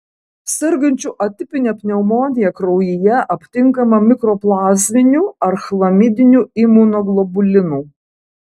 sergančių atipine pneumonija kraujyje aptinkama mikoplazminių ar chlamidinių imunoglobulinų